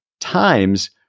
times